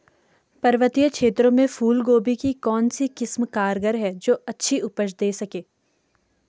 पर्वतीय क्षेत्रों में फूल गोभी की कौन सी किस्म कारगर है जो अच्छी उपज दें सके?